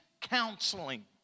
counseling